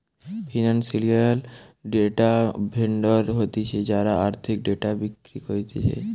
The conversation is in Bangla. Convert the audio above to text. ফিনান্সিয়াল ডেটা ভেন্ডর হতিছে যারা আর্থিক ডেটা বিক্রি করতিছে